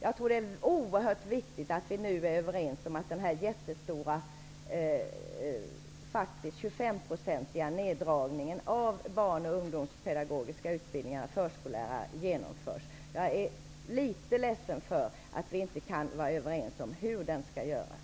Jag tror att det är oerhört viktigt att vi nu är överens om att den jättestora neddragningen med 25 % av de barn och ungdomspedagogiska utbildningarna till förskollärare genomförs. Jag är litet ledsen över att vi inte kan vara överens om hur den skall göras.